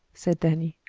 said danny.